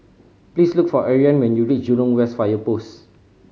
please look for Ariane when you reach Jurong West Fire Post